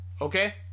Okay